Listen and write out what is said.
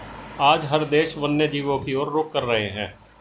आज हर देश वन्य जीवों की और रुख कर रहे हैं